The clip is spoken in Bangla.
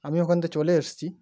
আমি ওখান দিয়ে চলে এসেছি